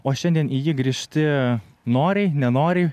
o šiandien į jį grįžti noriai nenoriai